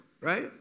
right